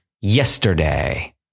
yesterday